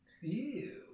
Ew